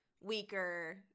weaker